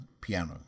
piano